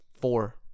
Four